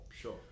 Sure